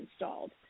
installed